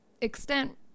extent